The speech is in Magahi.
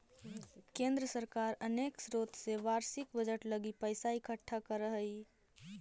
केंद्र सरकार अनेक स्रोत से वार्षिक बजट लगी पैसा इकट्ठा करऽ हई